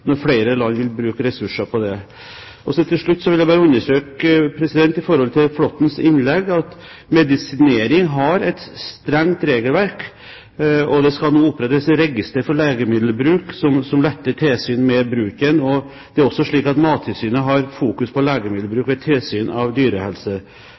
når flere land vil bruke ressurser på det. Når det gjelder Flåttens innlegg, er det et strengt regelverk for medisinering, og det skal nå opprettes register for legemiddelbruk som letter tilsynet med bruken. Det er også slik at Mattilsynet har fokus på